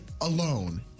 Alone